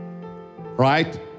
Right